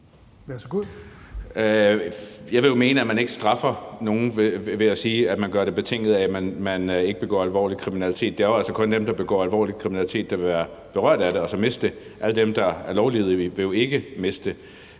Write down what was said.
Jeg vil jo mene, at man ikke straffer nogen ved at sige, at man gør det betinget af, at man ikke begår alvorlig kriminalitet. Det er altså kun dem, der begår alvorlig kriminalitet, der vil være berørt af det og så miste det. Alle dem, der er lovlydige, vil jo ikke miste